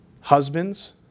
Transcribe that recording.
Husbands